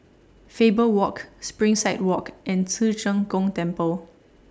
Faber Walk Springside Walk and Ci Zheng Gong Temple